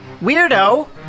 weirdo